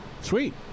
sweet